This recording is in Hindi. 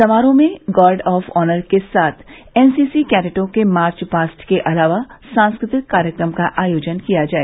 समारोह में गार्ड ऑफ ऑनर के साथ एनसीसी कैडेटों के मार्च पास्ट के अलावा सांस्कृतिक कार्यक्रम का आयोजन किया गया है